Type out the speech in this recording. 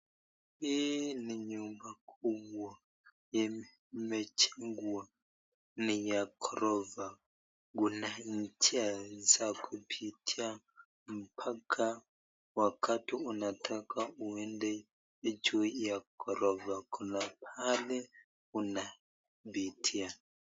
Hii ni nyumba kubwa yenye imejengwa ni ya gorofa, kuna stairs hapo ya kupitia mpaka wakati unataka uende juu ya gorofa, kuna pahali unapitia.